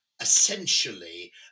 essentially